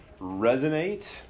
resonate